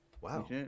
wow